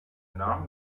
nahm